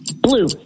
Blue